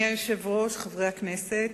אדוני היושב-ראש, חברי הכנסת,